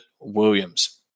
Williams